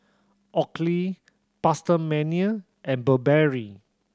Oakley PastaMania and Burberry